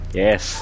yes